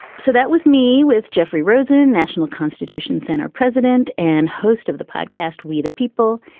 so that was me with jeffrey rosen, national constitution center president and host of the podcast we the people,